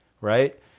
right